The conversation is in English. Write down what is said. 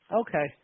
Okay